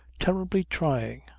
terribly trying.